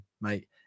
mate